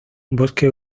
bosque